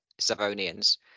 Savonians